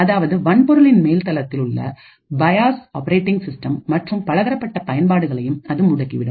அதாவது வன்பொருளின் மேல் தளத்தில் உள்ள பயாஸ் ஆப்பரேட்டிங் சிஸ்டம் மற்றும் பலதரப்பட்ட பயன்பாடுகளையும்அது முடக்கிவிடும்